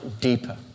deeper